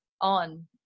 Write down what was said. on